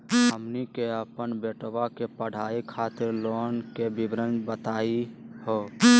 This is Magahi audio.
हमनी के अपन बेटवा के पढाई खातीर लोन के विवरण बताही हो?